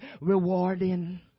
rewarding